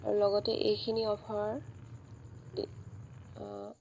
লগতে এইখিনি অফাৰ